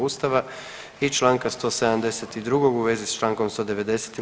Ustava i čl. 172. u vezi s čl. 190.